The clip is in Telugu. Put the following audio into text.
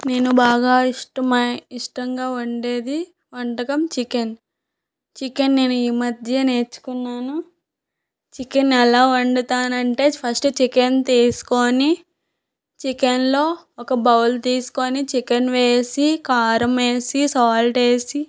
నేను బాగా ఇష్టమై ఇష్టంగా వండేది వంటకం చికెన్ చికెన్ నేను ఈ మధ్యే నేర్చుకున్నాను చికెన్ అలా వండుతాను అంటే ఫస్ట్ చికెన్ తీసుకోని చికెన్లో ఒక బౌల్ తీసుకోని చికెన్ వేసి కారం వేసి సాల్ట్ వేసి